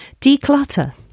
Declutter